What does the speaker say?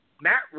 Matt